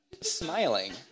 smiling